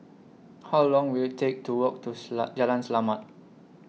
How Long Will IT Take to Walk to Jalan Selamat